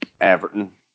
Everton